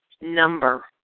number